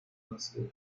conocidos